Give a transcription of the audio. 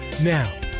Now